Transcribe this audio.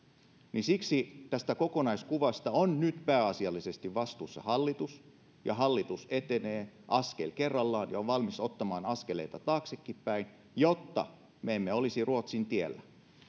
siksi tästä kokonaiskuvasta on nyt pääasiallisesti vastuussa hallitus hallitus etenee askel kerrallaan ja on valmis ottamaan askeleita taaksekin päin jotta me emme olisi ruotsin tiellä